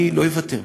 אני לא אוותר.